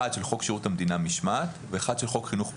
אחד של חוק שירות המדינה (משמעת) ואחד של חוק חינוך ממלכתי.